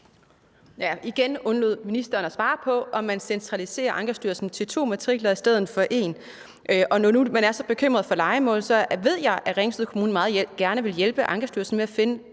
Igen undlod ministeren at svare på, om man centraliserer Ankestyrelsen til to matrikler i stedet for tre. Når nu man er så bekymret for lejemålet, ved jeg, at Ringsted Kommune meget gerne vil hjælpe Ankestyrelsen med at finde